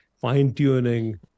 fine-tuning